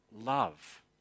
love